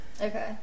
Okay